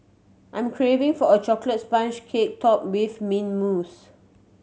I'm craving for a chocolate sponge cake topped with mint mousse